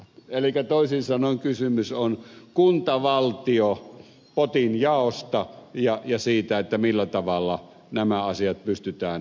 elikkä toisin sanoen kysymys on kuntavaltio potin jaosta ja siitä millä tavalla nämä asiat pystytään hoitamaan